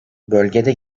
bölgede